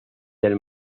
del